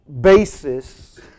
basis